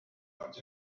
باعث